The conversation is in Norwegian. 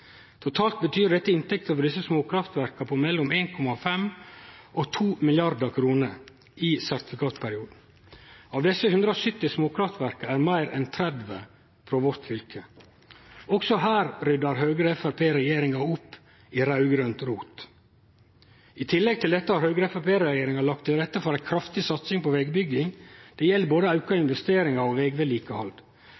Totalt betyr dette inntekter for desse småkraftverka på mellom 1,5 og 2 mrd. kr i sertifikatperioden. Av desse 170 småkraftverka er meir enn 30 frå vårt fylke. Også her ryddar Høgre–Framstegsparti-regjeringa opp i raud-grønt rot. I tillegg til dette har Høgre–Framstegsparti-regjeringa lagt til rette for ei kraftig satsing på vegbygging. Det gjeld både auka